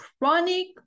chronic